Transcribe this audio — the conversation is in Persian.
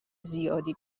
زیادی